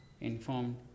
informed